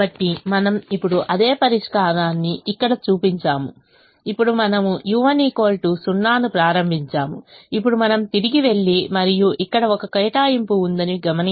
కాబట్టి మనము ఇప్పుడు అదే పరిష్కారాన్ని ఇక్కడ చూపించాము ఇప్పుడు మనము u1 0 ను ప్రారంభించాము ఇప్పుడు మనం తిరిగి వెళ్లి మరియు ఇక్కడ ఒక కేటాయింపు ఉందని గమనించాము